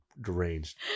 deranged